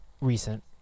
Recent